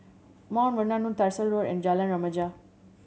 Mount Vernon Road Tyersall Road and Jalan Remaja